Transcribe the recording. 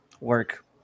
work